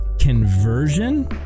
conversion